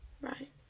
Right